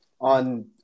on